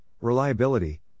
reliability